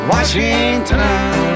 Washington